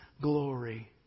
glory